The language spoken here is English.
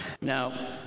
now